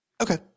Okay